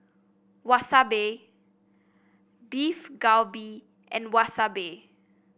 Wasabi Beef Galbi and Wasabi